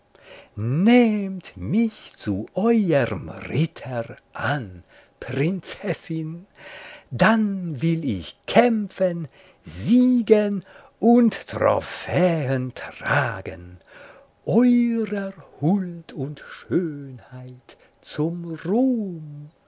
nehmt mich zu euerm ritter an prinzessin dann will ich kämpfen siegen und trophäen tragen eurer huld und schönheit zum ruhm